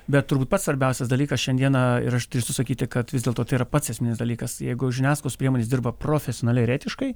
bet turbūt pats svarbiausias dalykas šiandieną ir aš turiu susakyti kad vis dėlto tai yra pats esminis dalykas jeigu žiniasklaidos priemonės dirba profesionaliai ir etiškai